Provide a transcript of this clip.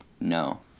No